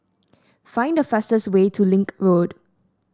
find the fastest way to Link Road